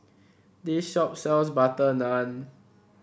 this shop sells butter naan